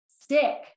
stick